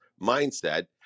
mindset